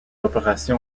opération